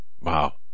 Wow